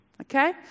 okay